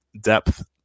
depth